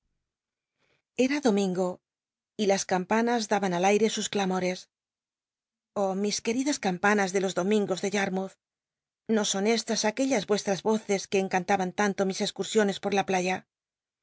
era domingo y las campanas daban al ail'c sus clamores oh mis queridas campanas de los domingos en yarmouth no son estas aquellas uestras oces que encantaban tanto mis escmsiones por la playa